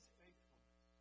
faithfulness